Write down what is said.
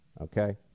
okay